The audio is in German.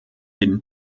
den